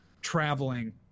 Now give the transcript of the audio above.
traveling